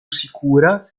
sicura